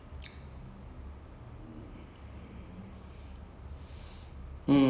was killed was like probably the next in line to be king or like the next in line to